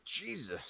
Jesus